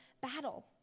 battle